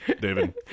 david